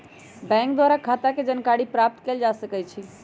bank द्वारा खता के जानकारी प्राप्त कएल जा सकइ छइ